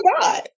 god